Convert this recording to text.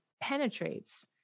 penetrates